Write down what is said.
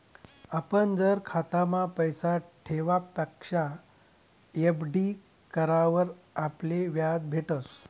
आपण जर खातामा पैसा ठेवापक्सा एफ.डी करावर आपले याज भेटस